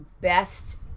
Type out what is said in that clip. best